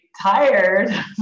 tired